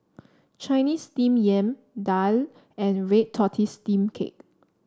Chinese Steamed Yam daal and Red Tortoise Steamed Cake